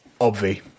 Obvi